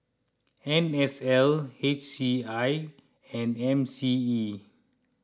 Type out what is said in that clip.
N S L H C I and M C E